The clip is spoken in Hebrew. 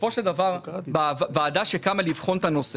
ציינו שהשליטה של דיסקונט ב-כאל היא בעלת פוטנציאל פגיעה בתחרות,